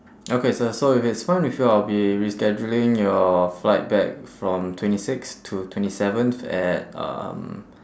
okay sir so if it's fine with you I'll be rescheduling your flight back from twenty sixth to twenty seventh at um